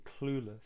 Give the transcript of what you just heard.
*Clueless*